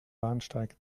bahnsteig